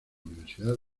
universidad